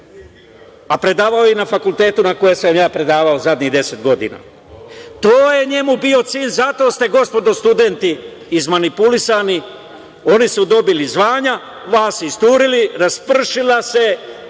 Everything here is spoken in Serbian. a predavao je i na fakultetu na kojem sam ja predavao poslednjih 10 godina. To je njemu bio cilj i zato ste, gospodo studenti, izmanipulisani. Oni su dobili zvanja, vas isturili, raspršili se,